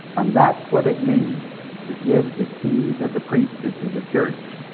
um that's what it means to give the keys of the priesthood to the church,